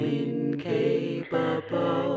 incapable